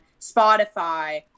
Spotify